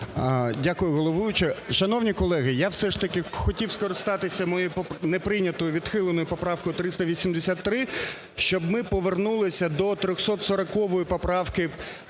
Дякую, головуюча! Шановні колеги! Я все ж таки хотів скористатися моєю не прийнятою, відхиленою поправкою 383, щоб ми повернулися до 340 поправки